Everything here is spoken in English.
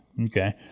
Okay